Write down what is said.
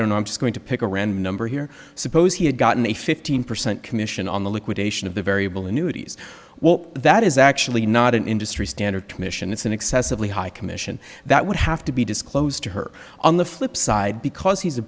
don't know i'm just going to pick a random number here suppose he had gotten a fifteen percent commission on the liquidation of the variable annuities well that is actually not an industry standard commission it's an excessively high commission that would have to be disclosed to her on the flip side because he's a